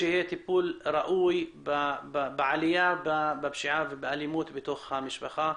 שיהיה טיפול ראוי למניעת הפשיעה והאלימות בתוך המשפחה,